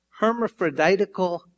hermaphroditical